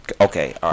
okay